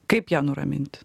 kaip ją nuraminti